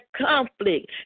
conflict